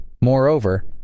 Moreover